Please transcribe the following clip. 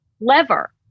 lever